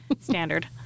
Standard